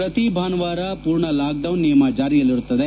ಶ್ರತಿ ಭಾನುವಾರ ಪೂರ್ಣ ಲಾಕ್ ಡೌನ್ ನಿಯಮ ಜಾರಿಯಲ್ಲಿರುತ್ತದೆ